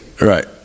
Right